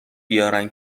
بیارن